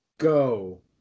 Go